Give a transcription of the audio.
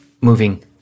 moving